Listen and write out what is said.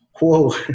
whoa